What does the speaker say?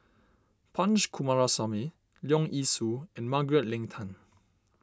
Punch Coomaraswamy Leong Yee Soo and Margaret Leng Tan